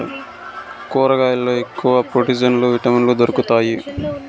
కూరగాయల్లో ఎక్కువ ప్రోటీన్లు విటమిన్లు దొరుకుతాయి